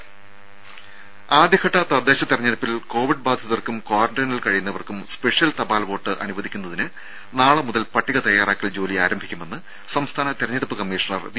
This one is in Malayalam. രും ആദ്യഘട്ട തദ്ദേശ തെരഞ്ഞെടുപ്പിൽ കോവിഡ് ബാധിതർക്കും ക്വാറന്റൈനിൽ കഴിയുന്നവർക്കും സ്പെഷ്യൽ തപാൽ വോട്ട് അനുവദിക്കുന്നതിന് നാളെ മുതൽ പട്ടിക തയാറാക്കൽ ജോലി ആരംഭിക്കുമെന്ന് സംസ്ഥാന തെരഞ്ഞെടുപ്പ് കമ്മീഷണർ വി